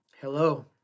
Hello